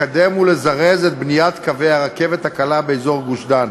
לקדם ולזרז את בניית קווי הרכבת הקלה באזור גוש-דן.